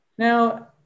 Now